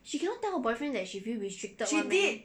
she cannot tell her boyfriend that she feel restricted [one] meh